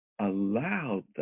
allowed